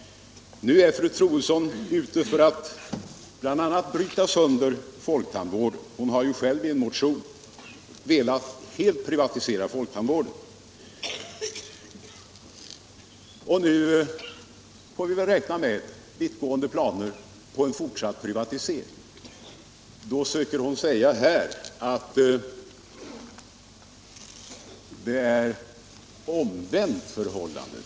Nu är fru Troedsson ute för att bl.a. bryta sönder folktandvården. Hon har ju själv i en motion velat helt privatisera folktandvården. Nu får vi väl räkna med en utveckling mot en ökad privatisering. Då försöker hon säga här att det är ett omvänt förhållande.